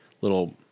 little